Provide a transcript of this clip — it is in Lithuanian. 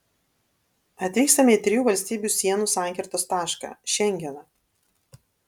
atvykstame į trijų valstybių sienų sankirtos tašką šengeną